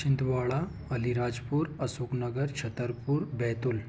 Chhindwara Alirajpur Ashoknagar Chhatarpur Betul